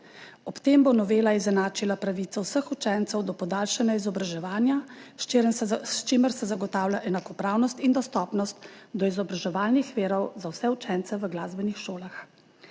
Ob tem bo novela izenačila pravico vseh učencev do podaljšanja izobraževanja, s čimer se zagotavlja enakopravnost in dostopnost do izobraževalnih virov za vse učence v glasbenih šolah.